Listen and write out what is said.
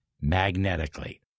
magnetically